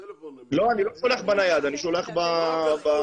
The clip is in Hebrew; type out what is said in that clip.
לא, אני לא שולח בנייד, אני שולח ב --- לא,